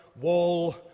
wall